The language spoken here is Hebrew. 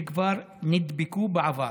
שכבר נדבקו בעבר